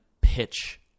pitch